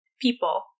people